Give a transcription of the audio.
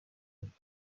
ایم